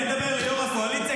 אני מדבר ליו"ר הקואליציה,